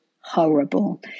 horrible